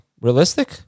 realistic